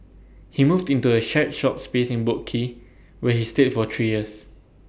he moved into A shared shop space in boat quay where he stayed for three years